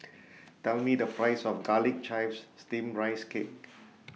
Tell Me The Price of Garlic Chives Steamed Rice Cake